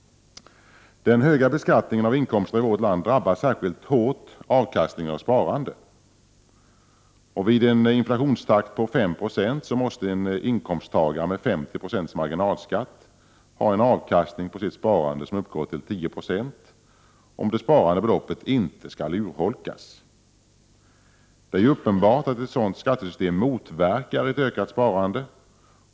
Den höga beskattningen av inkomster i vårt land drabbar särskilt hårt avkastningen av sparande. Vid en inflationstakt på 5 96 måste en inkomsttagare med 50 procents marginalskatt ha en avkastning på sitt sparande som uppgår till 10 26 om det sparade beloppet inte skall urholkas. Det är ju uppenbart att ett sådant skattesystem motverkar ett ökat sparande.